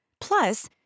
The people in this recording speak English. Plus